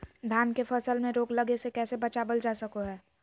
धान के फसल में रोग लगे से कैसे बचाबल जा सको हय?